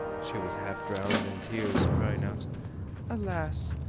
she was half-drowned in tears, crying out alas!